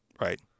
right